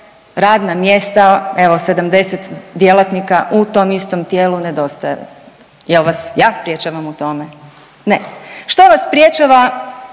radna mjesta, evo 70 djelatnika u tom istom tijelu nedostaje, jel vas ja sprječavam u tome? Ne. Što vas sprječava